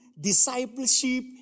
discipleship